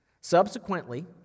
subsequently